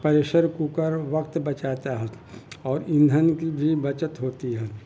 pressure cooker وقت بچاتا ہے اور ایندھن کی بھی بچت ہوتی ہے